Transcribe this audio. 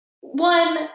one